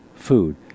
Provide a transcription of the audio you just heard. food